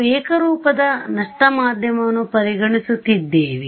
ನಾವು ಏಕರೂಪದನಷ್ಟ ಮಾಧ್ಯಮವನ್ನು ಪರಿಗಣಿಸುತ್ತಿದ್ದೇವೆ